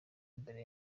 imbere